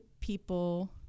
people